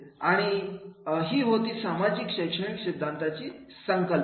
आणि ही होती सामाजिक शैक्षणिक सिद्धांताची संकल्पना